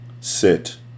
Sit